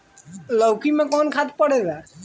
लौकी में कौन खाद पड़ेला?